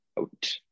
out